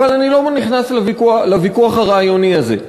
אבל אני לא נכנס לוויכוח הרעיוני הזה.